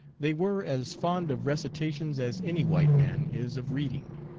they were as fond of recitations as any white man is of reading.